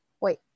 Wait